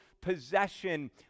possession